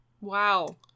Wow